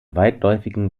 weitläufigen